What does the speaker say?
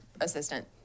assistant